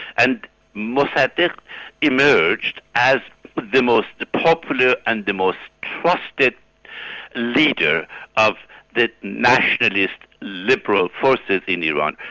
and mossadeq emerged as the most popular and the most trusted leader of the nationalist liberal forces in iran.